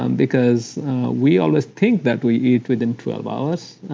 um because we always think that we eat within twelve hours.